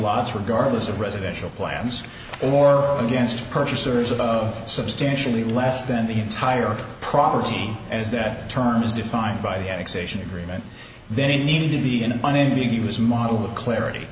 lots regardless of residential plans or against purchasers of substantially less than the entire property as that term is defined by the execution agreement they need to be an unambiguous model of clarity